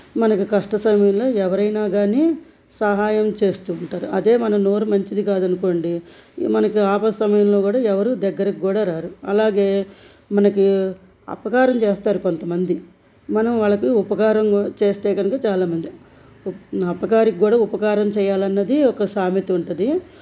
మనకి కష్ట సమయంలో ఎవరైనా కానీ సహాయం చేస్తుంటారు అదే మన నోరు మంచిది కాదనుకోండి మనకి ఆపద సమయంలో కూడా ఎవరు దగ్గరికి కూడా రారు అలాగే మనకి అపకారం చేస్తారు కొంతమంది మనం వాళ్ళకి ఉపకారం చేస్తే కనుక చాలామంది ఉ అపకారికి కూడా ఉపకారం చేయాలన్నది ఒక సామెత ఉంది